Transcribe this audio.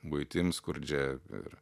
buitim skurdžia ir